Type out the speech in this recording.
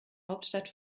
hauptstadt